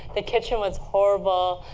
the kitchen was horrible.